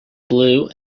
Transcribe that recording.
blue